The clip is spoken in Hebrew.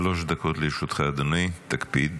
שלוש דקות לרשותך, אדוני, תקפיד.